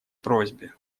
просьбе